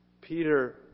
Peter